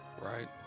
Right